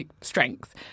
strength